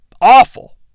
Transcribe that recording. awful